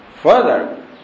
further